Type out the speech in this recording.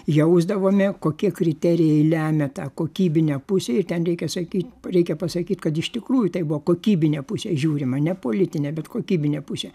jausdavome kokie kriterijai lemia tą kokybinę pusę ir ten reikia sakyt reikia pasakyt kad iš tikrųjų tai buvo kokybinė pusė žiūrima ne politinė bet kokybinė pusė